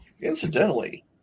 Incidentally